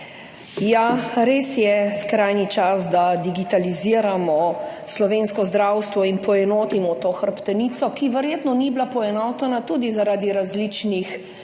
Ja, res je skrajni čas, da digitaliziramo slovensko zdravstvo in poenotimo to hrbtenico, ki verjetno ni bila poenotena tudi zaradi različnih